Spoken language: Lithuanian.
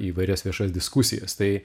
įvairias viešas diskusijas tai